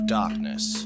darkness